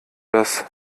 das